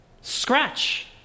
Scratch